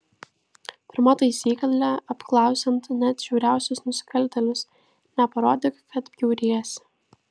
pirma taisyklė apklausiant net žiauriausius nusikaltėlius neparodyk kad bjauriesi